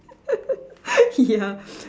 ya